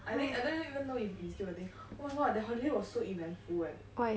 I think I don't even know if it's still a thing oh my god that holiday was so eventful eh